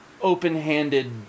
open-handed